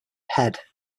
head